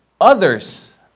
others